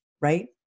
right